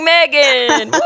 Megan